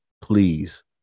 please